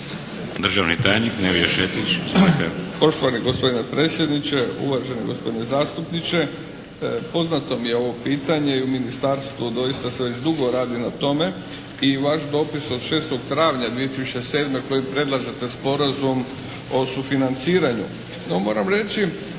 Državni tajnik Nevio Šetić.